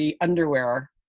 underwear